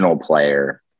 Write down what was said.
player